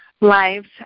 lives